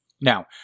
Now